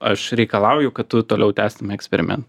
aš reikalauju kad tu toliau tęstum eksperimentą